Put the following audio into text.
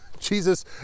Jesus